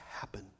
happen